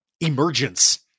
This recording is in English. emergence